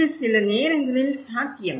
இது சில நேரங்களில் சாத்தியம்